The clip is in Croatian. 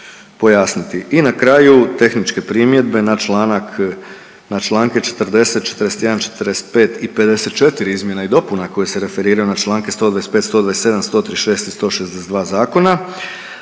I na kraju tehničke primjedbe na članak, na Članke 40., 41., 45. i 54. izmjena i dopuna koje se referiraju na Članke 125., 127., 136. i 162. zakona,